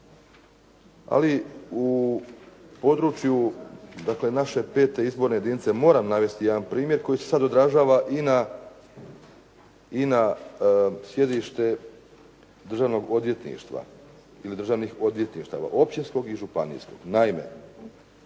ali u području dakle naše 5. izborne jedinice moram navesti jedan primjer koji se sad odražava i na sjedište državnog odvjetništva, ili državnih odvjetništava, općinskog i županijskog.